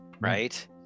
right